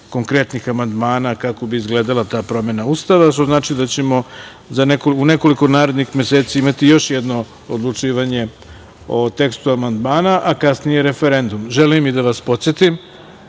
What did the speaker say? konkretnih amandmana kako bi izgledala ta promena Ustava, što znači da ćemo u nekoliko narednih meseci imati još jedno odlučivanje o tekstu amandmana, a kasnije referendum. Želim i da vas podsetim